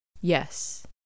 Yes